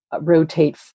rotate